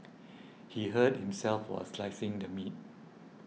he hurt himself while slicing the meat